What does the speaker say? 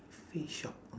face shop